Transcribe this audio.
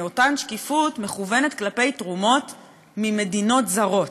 אותה שקיפות מכוונת כלפי תרומות ממדינות זרות,